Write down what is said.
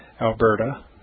Alberta